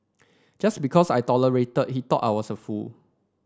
just because I tolerated he thought I was a fool